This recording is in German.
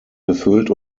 gefüllt